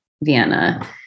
Vienna